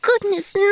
Goodness